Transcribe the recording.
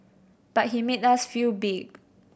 but he made us feel big